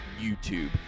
YouTube